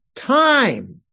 Time